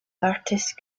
artist